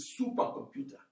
supercomputer